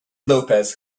lopez